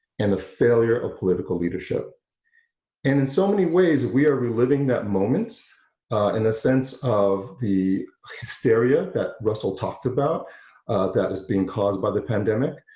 and the failure of political leadership and in so many ways we are reliving that moment in a sense of the hysteria that russell talked about that is being caused by the pandemic